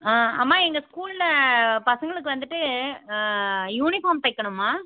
ஆ அம்மா எங்கள் ஸ்கூலில் பசங்களுக்கு வந்துட்டு யூனிஃபார்ம் தைக்கணுமா